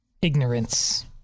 ignorance